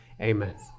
amen